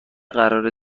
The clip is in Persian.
قرار